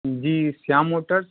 जी Shyam Motors